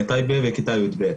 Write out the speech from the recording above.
מטייבה, בכיתה יב'.